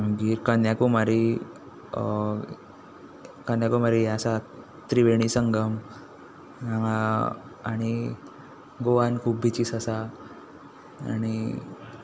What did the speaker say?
मागीर कन्याकुमारी कन्याकुमारी आसा त्रिवेणीसंगम आनी गोवा खूब बिचीस आसा आनी